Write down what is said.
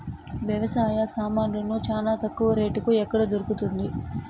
వ్యవసాయ సామాన్లు చానా తక్కువ రేటుకి ఎక్కడ దొరుకుతుంది?